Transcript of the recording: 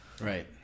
Right